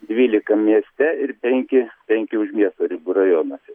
dvylika mieste ir penki penki už miesto ribų rajonuose